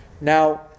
Now